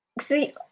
see